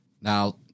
now